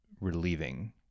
relieving